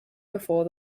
before